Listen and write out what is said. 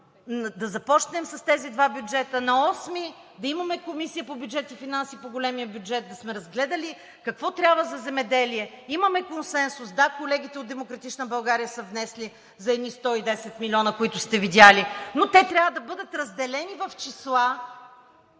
да започнем с тези два бюджета. На 8-ми да имаме Комисия по бюджет и финанси по големия бюджет, да сме разгледали какво трябва за земеделие. Имаме консенсус, да колегите от „Демократична България“ са внесли за едни 110 милиона, които сте видели, но те трябва да бъдат разделени в числа